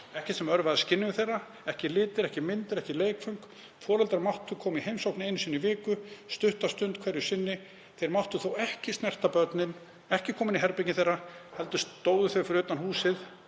Ekkert sem örvaði skynjun þeirra, ekki litir, ekki myndir, ekki leikföng. Foreldrar máttu koma í heimsókn einu sinni í viku í stutta stund hverju sinni. Þeir máttu þó ekki snerta börnin, ekki koma inn í herbergin þeirra. Heldur standa fyrir utan húsið,